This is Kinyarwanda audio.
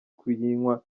kuyinywa